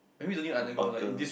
the bunker